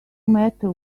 matter